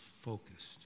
focused